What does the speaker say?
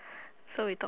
so we talk